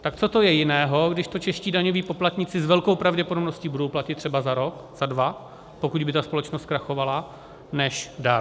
Tak co to je jiného, když to čeští daňoví poplatníci s velkou pravděpodobností budou platit třeba za rok, za dva, pokud by ta společnost zkrachovala, než dar?